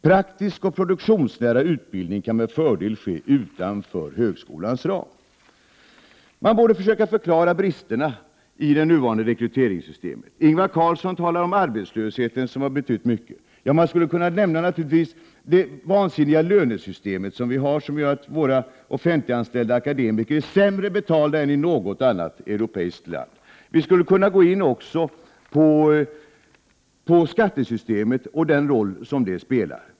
Praktisk och pruduktionsnära utbildning kan med fördel ske utanför högskolans ram.” Man borde försöka förklara bristerna i det nuvarande rekryteringssystemet. Ingvar Carlsson talar om arbetslösheten, som har betytt mycket. Ja, man kan naturligtvis nämna det vansinniga lönesystemet, som gör att de offentliganställda akademikerna i Sverige är sämre betalda än i något annat europeiskt land. Vi skulle också kunna gå in på skattesystemet och den roll som det spelar.